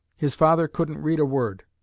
his father couldn't read a word.